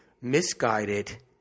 misguided